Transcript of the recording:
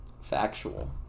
Factual